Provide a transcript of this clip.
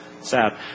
Sad